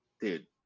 Dude